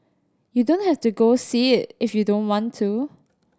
you don't have to go see it if you don't want to